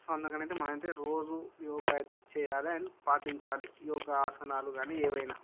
so అందుకని అయితే మనం అయితే రోజు యోగా అయితే చెయ్యాలి అండ్ పాటించాలి యోగా ఆసనాలు కానీ ఏవైనా